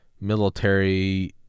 military